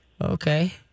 Okay